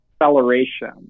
acceleration